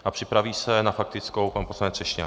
A připraví se na faktickou pan poslanec Třešňák.